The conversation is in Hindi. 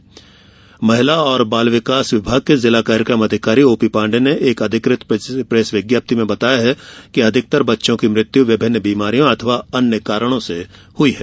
दूसरी ओर महिला एवं बाल विकास विभाग के जिला कार्यकम अधिकारी ओ पी पाण्डे ने एक अधिकृत प्रेस विज्ञप्ति में बताया कि अधिकतर बच्चों की मृत्यु विभिन्न बीमारियों अथवा अन्य कारणों से हुई है